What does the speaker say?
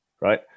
right